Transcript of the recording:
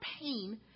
pain